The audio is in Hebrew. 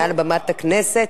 מעל במת הכנסת.